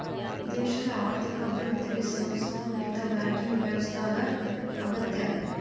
ದೇಶದ್ ಆರ್ಥಿಕ ಅಭಿವೃದ್ಧಿಗೆ ಸುಸಂಘಟಿತ ಬ್ಯಾಂಕಿಂಗ್ ವ್ಯವಸ್ಥಾದ್ ಅಗತ್ಯದ